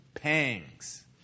pangs